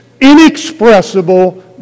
inexpressible